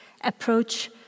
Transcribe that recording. approach